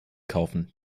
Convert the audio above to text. kaufen